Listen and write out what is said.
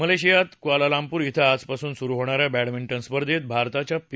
मलेशियात क्वालालंपूर इथं आजपासून सुरु होणाऱ्या बॅडमिंजि स्पर्धेत भारताच्या पी